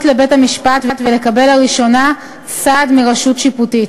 לבית-המשפט ולקבל לראשונה סעד מרשות שיפוטית,